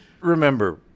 remember